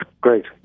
great